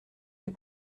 les